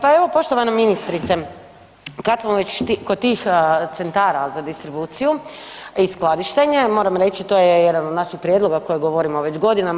Pa evo poštovana ministrice kad smo već kod tih centara za distribuciju i skladištenje, moram reći to je jedan od naših prijedloga koje govorimo već godinama.